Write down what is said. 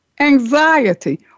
anxiety